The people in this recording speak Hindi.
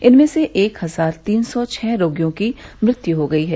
इनमें से एक हजार तीन सौ छह रोगियों की मृत्यु हो गई है